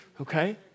okay